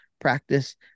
practice